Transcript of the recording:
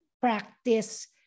practice